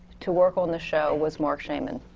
to work on the show, was marcshaiman.